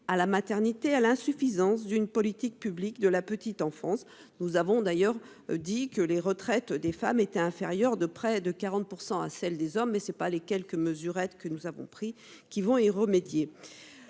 à la maternité et à l'insuffisance d'une politique publique de la petite enfance. Nous avons d'ailleurs dit que les retraites des femmes étaient inférieures de près de 40 % à celles des hommes, et ce ne sont pas les quelques mesurettes que nous avons prises qui y remédieront.